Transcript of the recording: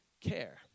care